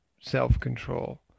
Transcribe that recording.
self-control